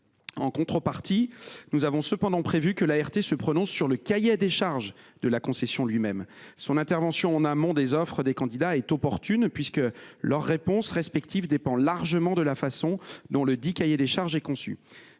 en contrepartie, nous avons prévu que l’ART se prononce sur le cahier des charges de la concession : son intervention en amont des offres des candidats est opportune, puisque la réponse respective de chacun d’entre eux dépend largement de la façon dont ledit cahier des charges est conçu.